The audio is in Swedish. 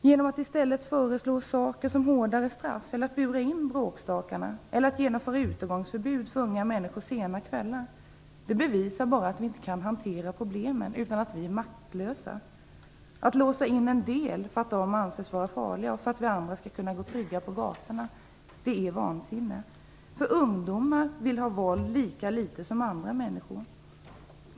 Genom att i stället föreslå sådant som hårdare straff, att man skall bura in bråkstakarna eller genomföra utegångsförbud för unga människor på sena kvällar bevisar vi bara att vi inte kan hantera problemen, utan att vi är maktlösa. Att låsa in en del för att de anses vara farliga och vi andra skall kunna gå trygga på gatorna är vansinne. Ungdomar vill lika litet som andra människor ha våld.